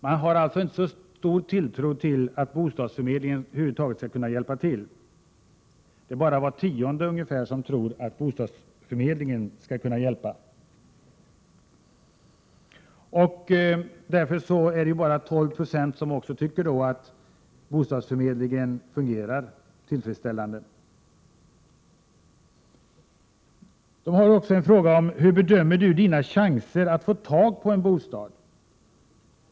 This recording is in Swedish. Man har således inte så stor tilltro till att bostadsförmedlingen över huvud taget skall kunna hjälpa till. Det är bara ungefär var tionde som tror att bostadsförmedlingen skall kunna hjälpa. Det är därför bara 12 9 som tycker att bostadsförmedlingen fungerar tillfredsställande. Ytterligare en fråga gällde hur man bedömde sina egna chanser att få tag på en bostad.